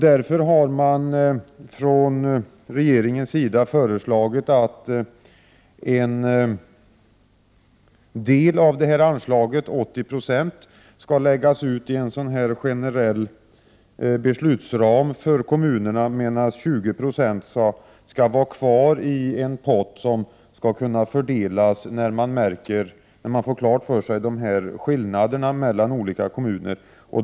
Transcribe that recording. Därför har regeringen föreslagit att en del av anslaget, 80 70, skall läggas på en generell beslutsram för kommunerna, medan 20 26 skall vara kvar i en pott som skall kunna fördelas när man får klart för sig skillnaderna mellan de olika kommunerna.